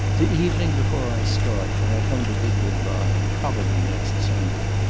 the evening before i start, when i come to bid good-bye probably next sunday.